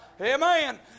Amen